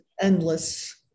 endless